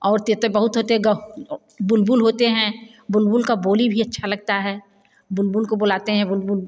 और तो तो बहुत होते गौह और बुलबुल होते हैं बुलबुल का बोली भी अच्छा लगता है बुलबुल को बुलाते हैं बुलबुल